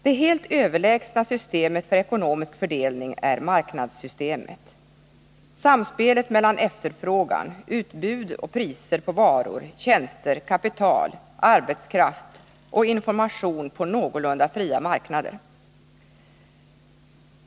Det helt överlägsna systemet för ekonomisk fördelning är marknadssystemet, samspelet mellan efterfrågan, utbud och priser på varor, tjänster, kapital, arbetskraft och information på någorlunda fria marknader.